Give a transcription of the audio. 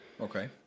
Okay